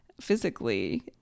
physically